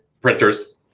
printers